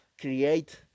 create